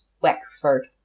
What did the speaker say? Wexford